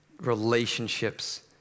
relationships